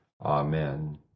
Amen